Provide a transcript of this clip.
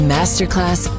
Masterclass